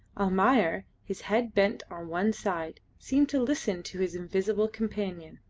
almayer, his head bent on one side, seemed to listen to his invisible companion,